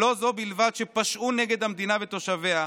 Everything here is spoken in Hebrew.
שלא זו בלבד שפשעו נגד המדינה ותושביה,